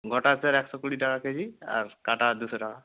গোটা স্যার একশো কুড়ি টাকা কেজি আর কাটা দুশো টাকা